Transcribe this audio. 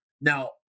Now